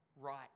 right